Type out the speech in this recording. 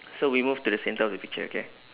so we move to the centre of the picture okay